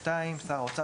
(2) שר האוצר,